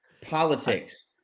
politics